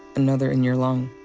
another in your lung.